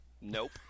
Nope